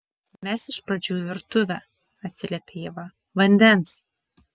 mes iš pradžių į virtuvę atsiliepia ieva vandens